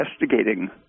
investigating